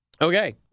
Okay